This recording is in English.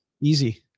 easy